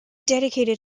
dedicated